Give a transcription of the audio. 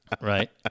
Right